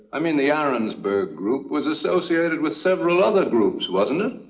i mean the arensberg group, was associated with several other groups, wasn't it?